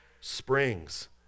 springs